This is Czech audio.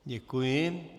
Děkuji.